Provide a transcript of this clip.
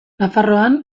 nafarroan